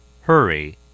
Hurry